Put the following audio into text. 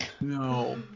No